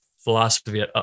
philosophy